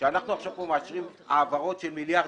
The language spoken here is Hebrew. שאנחנו פה מאשרים עכשיו העברות של מיליארדים,